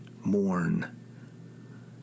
mourn